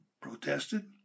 protested